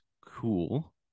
cool